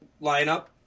lineup